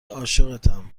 عاشقتم